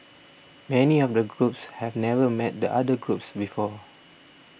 many of the groups have never met the other groups before